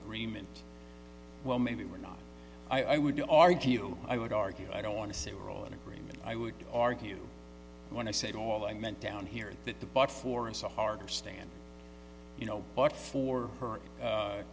agreement well maybe we're not i would argue i would argue i don't want to say we're all in agreement i would argue when i say all i meant down here is that the but for us a harder stand you know but for her